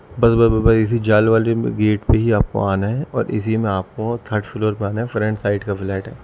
بس بس بس بس اسی جال والے میں گیٹ پہ ہی آپ کو آنا ہے اور اسی میں آپ کو تھرڈ فلور پہ آنا ہے فرنٹ سائڈ کا فلیٹ ہے